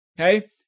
Okay